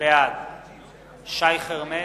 בעד שי חרמש,